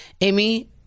Amy